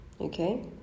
okay